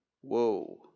Whoa